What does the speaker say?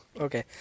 Okay